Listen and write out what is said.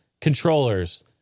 controllers